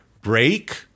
break